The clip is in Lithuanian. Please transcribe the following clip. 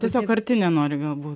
tiesiog arti nenori gal būt